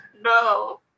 No